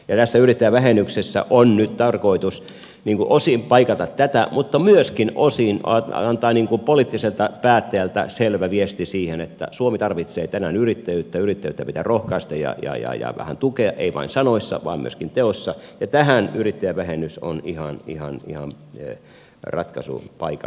tässä yrittäjävähennyksessä on nyt tarkoitus osin paikata tätä mutta myöskin osin antaa poliittiselta päättäjältä selvä viesti siihen että suomi tarvitsee tänään yrittäjyyttä yrittäjyyttä pitää rohkaista ja vähän tukea ei vain sanoissa vaan myös teoissa ja tähän yrittäjävähennys on ihan ratkaisu paikallaan